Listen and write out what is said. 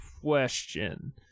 Question